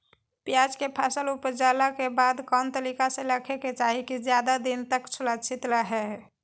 प्याज के फसल ऊपजला के बाद कौन तरीका से रखे के चाही की ज्यादा दिन तक सुरक्षित रहय?